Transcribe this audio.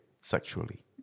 sexually